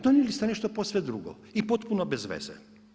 Donijeli ste nešto posve drugo i potpuno bezveze.